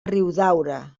riudaura